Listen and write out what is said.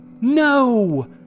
No